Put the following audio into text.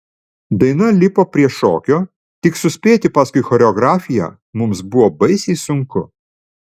daina lipo prie šokio tik suspėti paskui choreografiją mums buvo baisiai sunku